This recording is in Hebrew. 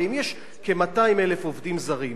דבר שני, אדוני השר,